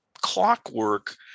clockwork